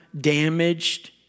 damaged